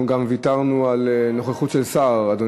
אנחנו גם ויתרנו על נוכחות של שר,